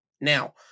Now